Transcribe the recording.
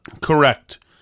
Correct